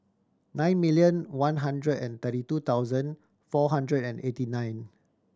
nine million one hundred and thirty two thousand four hundred and eighty nine